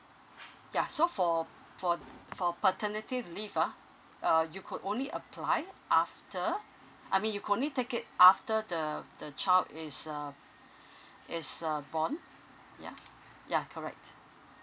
yeah so for for for paternity leave ah uh you could only apply after I mean you could only take it after the the child is uh is uh born yeah yeah correct